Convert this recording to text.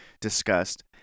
discussed